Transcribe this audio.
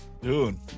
Dude